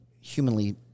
humanly –